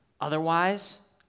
otherwise